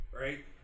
right